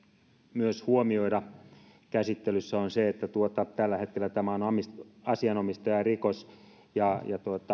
myös huomioida käsittelyssä on se että tällä hetkellä tämä on asianomistajarikos ja